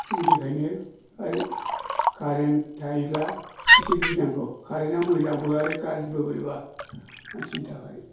दा बिनिखायनो आरो कारेन्ट थायोब्ला एसे गिनांगौ कारेन्टआ मोजांबो आरो गारजिबो बोरैबा मानसिनि थाखाय